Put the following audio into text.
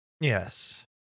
Yes